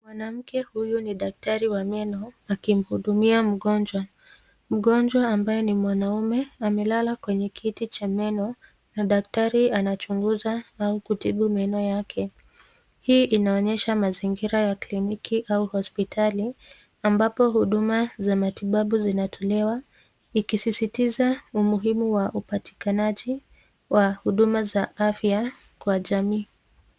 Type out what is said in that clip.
Mwanamke huyu ni daktari wa meno akimhudumia mgonjwa. Mgonjwa ambaye ni mwanaume amelala kwenye kiti cha meno na daktari anachunguza ama kutibu meno yake hii inaonyesha mazingira ya kliniki au hospitali ambapo huduma za matibabu zinatolewa ikisisitiza umuhimu wa upatikanaji wa huduma za afya kwa jamii.